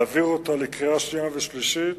להעביר אותה לקריאה שנייה ושלישית